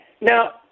Now